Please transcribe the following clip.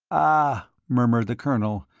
ah! murmured the colonel,